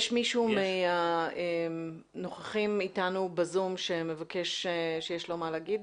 יש מישהו מהנוכחים איתנו בזום שיש לו מה להגיד?